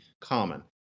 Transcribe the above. common